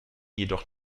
jedoch